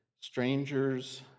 strangers